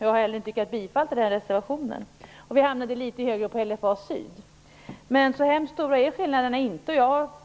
Jag har inte heller yrkat bifall till den reservation som behandlar detta. Vi hamnade också litet högre när det gäller LFA syd. Skillnaderna är dock inte så stora.